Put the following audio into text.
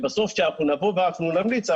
בסוף כשאנחנו נבוא ואנחנו נמליץ,